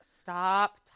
stop